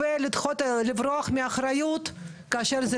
פקודות המפכ"ל מפורסמות במייל פנימי וכהנא,